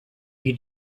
qui